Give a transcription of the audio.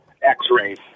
x-rays